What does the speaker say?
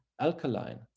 alkaline